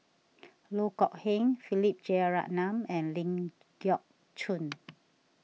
Loh Kok Heng Philip Jeyaretnam and Ling Geok Choon